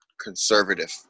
conservative